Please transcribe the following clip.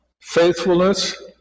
faithfulness